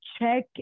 check